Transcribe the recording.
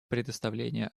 предоставление